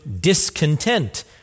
discontent